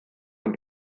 und